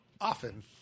often